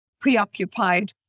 preoccupied